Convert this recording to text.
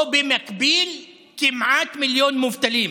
ובמקביל כמעט מיליון מובטלים.